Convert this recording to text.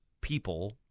people